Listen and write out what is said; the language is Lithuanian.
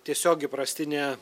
tiesiog įprastinė